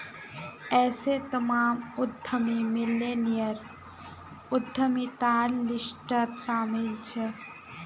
ऐसे तमाम उद्यमी मिल्लेनियल उद्यमितार लिस्टत शामिल छे